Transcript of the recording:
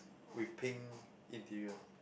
with pink interior